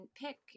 pick